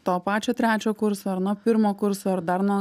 to pačio trečio kurso ir nuo pirmo kurso ar dar nuo